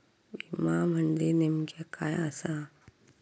विमा म्हणजे नेमक्या काय आसा?